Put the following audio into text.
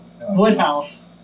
Woodhouse